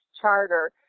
charter